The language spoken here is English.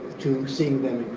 to seeing them